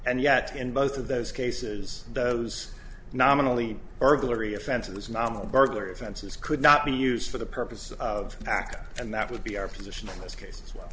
and yet in both of those cases those nominally burglary offenses nama burglary senses could not be used for the purpose of act and that would be our position in this case as well